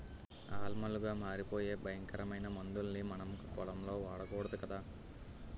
ఆమ్లాలుగా మారిపోయే భయంకరమైన మందుల్ని మనం పొలంలో వాడకూడదు కదా